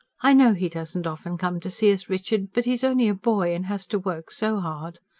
i know he doesn't often come to see us, richard. but he's only a boy and has to work so hard.